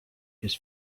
his